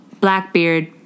Blackbeard